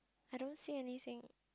I don't see anything